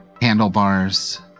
handlebars